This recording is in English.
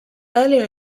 earlier